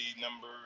number